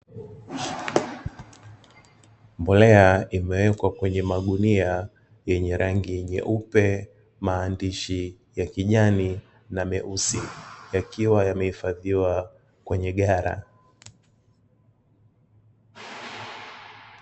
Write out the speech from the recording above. Mbolea imewekwa kwenye magunia yenye rangi nyeupe, maandishi ya kijani na meusi; yakiwa yameifadhiwa kwenye ghala.